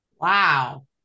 Wow